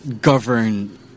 govern